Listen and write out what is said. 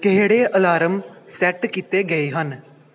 ਕਿਹੜੇ alarm set ਕੀਤੇ ਗਏ ਹਨ